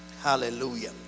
Hallelujah